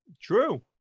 True